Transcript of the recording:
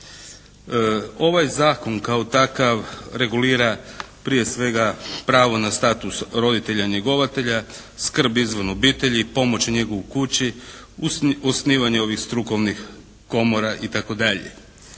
Ovaj zakon kao takav regulira prije svega pravo na status roditelja njegovatelja, skrb izvan obitelji, pomoć i njegu u kući, osnivanje ovih strukovnih komora itd.